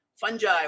fungi